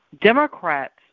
Democrats